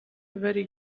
very